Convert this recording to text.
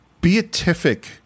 beatific